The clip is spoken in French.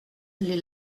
les